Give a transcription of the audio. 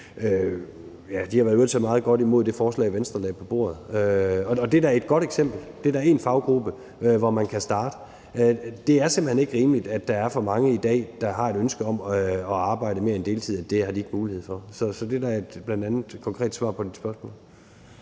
FOA har taget meget godt imod det forslag, Venstre lagde på bordet. Og det er da et godt eksempel. Det er da én faggruppe, hvor man kan starte. Det er simpelt hen ikke rimeligt, at der er for mange i dag, der har et ønske om at arbejde mere end på deltid, men at de ikke har mulighed for det. Så det er da bl.a. et konkret svar på dit spørgsmål.